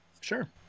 Sure